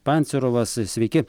pancerovas sveiki